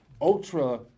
ultra